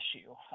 issue